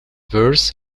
verse